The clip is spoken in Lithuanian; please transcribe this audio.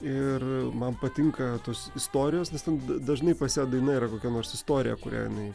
ir man patinka tos istorijos nes ten dažnai pas ją daina yra kokia nors istorija kurią jinai